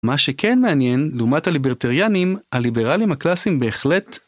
מה שכן מעניין, לעומת הליברטריאנים, הליברליים הקלאסיים בהחלט